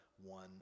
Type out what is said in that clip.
one